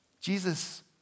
Jesus